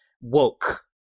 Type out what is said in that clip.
woke